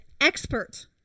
expert